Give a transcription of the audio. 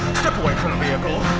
step away from the vehicle